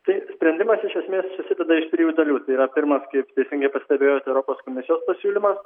tai sprendimas iš esmės susideda iš trijų dalių tai yra pirmas kaip teisingai pastebėjot europos komisijos pasiūlymas